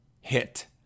hit